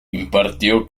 impartió